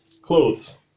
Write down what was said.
clothes